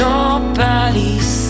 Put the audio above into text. Nobody's